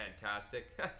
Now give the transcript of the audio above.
fantastic